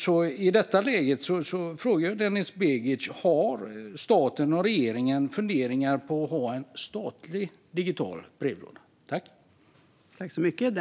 Jag frågar därför Denis Begic: Har regeringen några funderingar på att ha en statlig digital brevlåda?